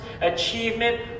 achievement